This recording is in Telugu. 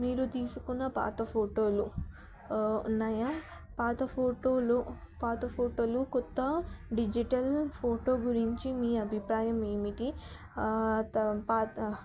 మీరు తీసుకున్న పాత ఫోటోలు ఉన్నాయా పాత ఫోటోలో పాత ఫోటోలు కొత్త డిజిటల్ ఫోటో గురించి మీ అభిప్రాయం ఏమిటి తా పాత